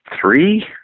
three